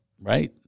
right